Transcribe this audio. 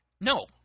No